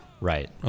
Right